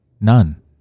None